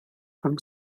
from